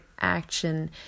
action